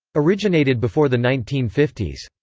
originated before the nineteen fifty s.